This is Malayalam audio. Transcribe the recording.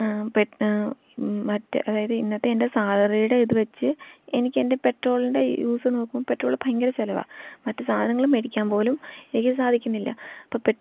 മറ്റ് അതായത് ഇന്നത്തെ എൻ്റെ സാലറിയുടെ ഇതു വെച്ച് എനിക്ക് എൻ്റെ പെട്രോളിൻ്റെ യൂസ് നോക്കുമ്പോൾ പെട്രോൾ ഭയങ്കര ചിലവാണ് മറ്റു സാധനങ്ങൾ മേടിക്കാൻ പോലും എനിക്ക് സാധിക്കുന്നില്ല അപ്പം പെട്